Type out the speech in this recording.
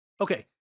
Okay